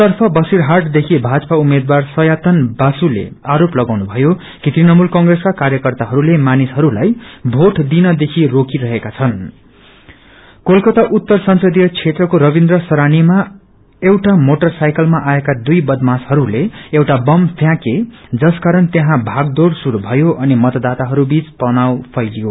आर्केतफ बसीरहाट देखि ीाजपा उम्मेद्वार सयातन बासुन आरोप लागाउनु भयो कि तृणमूल कंग्रेसका कार्यकर्ताहरूले मानिसहरूलाई भोट दिनदेखि रोरिरेका छन् कोलकता उत्तर संसदीय क्षेत्रको रविन्द्र सरणीमा एउटा मोटरसाइकलमा आएका दुइ वदमाशहस्ते एउटा वम फ्यौंके जसाकारण त्यहाँ भागदौइ शुरू ीयो अनि मतवाताहस्थीच तनाव फैलियो